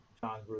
John